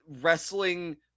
wrestling